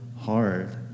hard